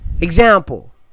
Example